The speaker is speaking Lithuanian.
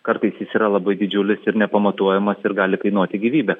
kartais jis yra labai didžiulis ir nepamatuojamas ir gali kainuoti gyvybę